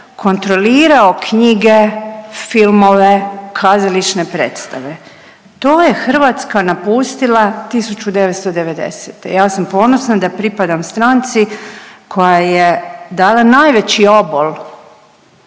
kontrolirao knjige, filmove, kazališne predstave, to je Hrvatska napustila 1990., ja sam ponosna da pripadam stranci koja je dala najveći obol,